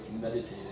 meditating